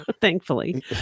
thankfully